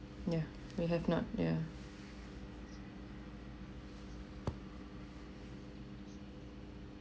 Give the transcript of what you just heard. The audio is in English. yeah we have not ya